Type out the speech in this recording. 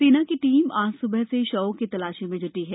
सेना की टीम आज सुबह से शवों की तलाशी में जूटी है